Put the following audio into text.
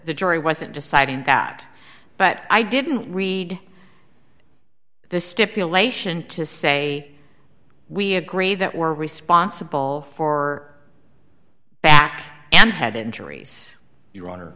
the jury wasn't deciding that but i didn't read the stipulation to say we agree that we're responsible for back and head injuries your hon